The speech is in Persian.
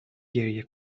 گریه